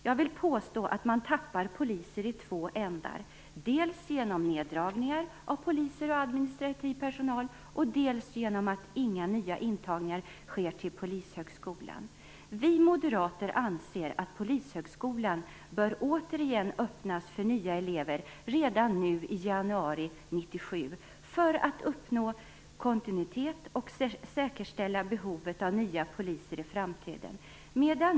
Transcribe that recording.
Jag vill påstå att man tappar poliser i två ändar: dels genom neddragningar av poliser och administrativ personal, dels genom att inga nya intagningar sker till Polishögskolan. Vi moderater anser att Polishögskolan redan nu i januari 1997 återigen bör öppnas för nya elever för att uppnå kontinuitet och säkerställa behovet av nya poliser i framtiden.